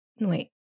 Wait